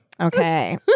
Okay